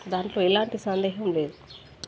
దాంట్లో ఎలాంటి సందేహం లేదు